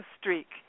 streak